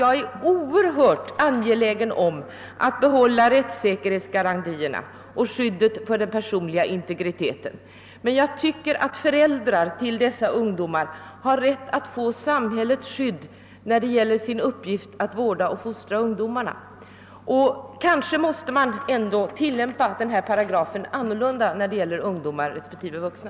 Jag är oerhört angelägen om att behålla rättssäkerhetsgarantierna och skyddet för den personliga integriteten, men jag tycker att föräldrarna till dessa ungdomar har rätt att få samhällets stöd i sin uppgift att vårda och fostra ungdomarna. Kanske måste man ändå tilllämpa bestämmelserna annorlunda när det gäller ungdomar än när det gäller vuxna.